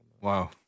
Wow